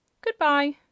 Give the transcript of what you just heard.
Good-bye